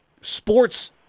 sports